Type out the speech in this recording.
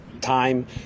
time